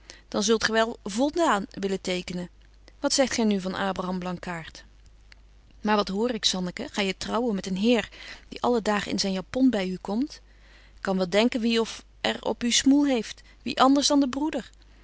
dan zult gy wel voldaan willen tekenen wat zegt gy nu van abraham blankaart maar wat hoor ik zanneke ga je trouwen met een heer die alle daag in zyn japon by u komt ik kan wel denken wie of er op u smoel heeft wie anders dan de broeder